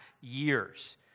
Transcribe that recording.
years